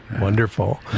Wonderful